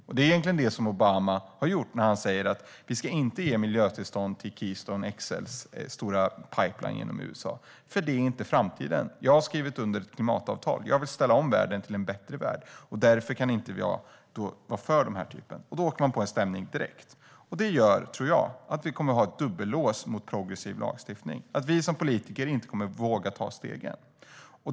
Och det är egentligen det som Obama har gjort när han säger: Vi ska inte ge miljötillstånd till Keystone XL:s stora pipeline genom USA, för det är inte framtiden. Jag har skrivit under ett klimatavtal. Jag vill ställa om världen till en bättre värld. Därför kan jag inte vara för detta. Då åker man på en stämning direkt. Det gör, tror jag, att vi kommer att ha ett dubbellås mot progressiv lagstiftning, att vi som politiker inte kommer att våga ta stegen.